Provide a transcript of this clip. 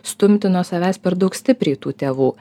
stumti nuo savęs per daug stipriai tų tėvų